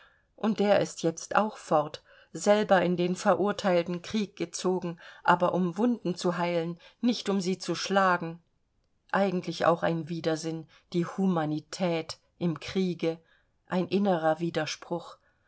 und der ist jetzt auch fort selber in den verurteilten krieg gezogen aber um wunden zu heilen nicht um sie zu schlagen eigentlich auch ein widersinn die humanität im kriege ein innerer widerspruch